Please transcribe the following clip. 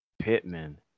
Pittman